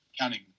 counting